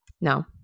No